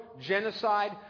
genocide